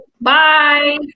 Bye